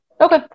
Okay